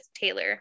Taylor